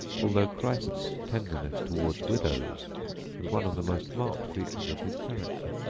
although christ's tenderness towards widows was one of the most marked features of his character.